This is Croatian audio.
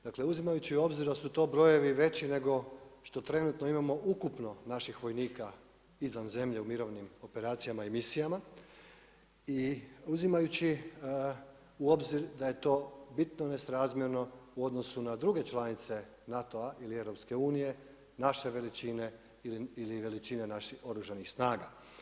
Dakle, uzimajući u obzir da su to brojevi veći nego što trenutno imamo ukupno naših vojnika izvan zemlje u mirovnim operacijama i misijama i uzimajući u obzir da je to bitno nesrazmjerno u odnosu na druge članice NATO-a ili EU naše veličine ili veličine naših Oružanih snaga.